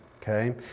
Okay